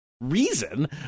reason